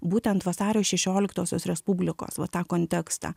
būtent vasario šešioliktosios respublikos va tą kontekstą